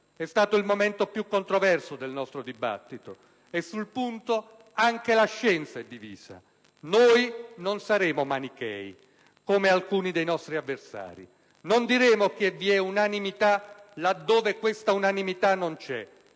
è stato il momento più controverso del nostro dibattito e sul punto anche la scienza è divisa. Non saremo manichei, come alcuni dei nostri avversari; non diremo che vi è unanimità laddove non c'è.